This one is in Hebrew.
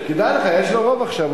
כדאי לך, יש לו רוב עכשיו.